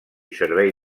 servei